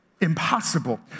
impossible